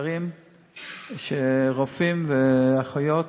שרופאים ואחיות